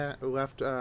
left